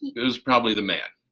it was probably the man.